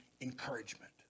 encouragement